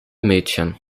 mädchen